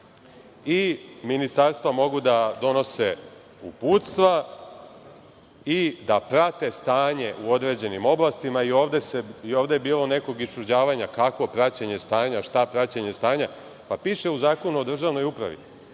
i ministarstva mogu da donose uputstva i da prate stanje u određenim oblastima. Ovde je bilo nekog iščuđavanja kakvog praćenje stanja, šta praćenje stanja. Pa piše u Zakonu o državnoj upravi. Evo,